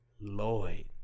Lloyd